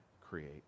create